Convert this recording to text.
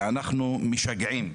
ואנחנו "משגעים",